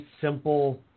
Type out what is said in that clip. simple